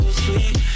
sweet